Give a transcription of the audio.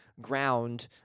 ground